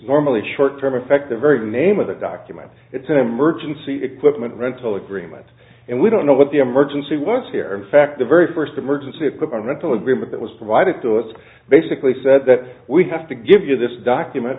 normally short term effect the very name of the document it's an emergency equipment rental agreement and we don't know what the emergency was here in fact the very first emergency equipment rental agreement that was provided to us basically said that we have to give you this document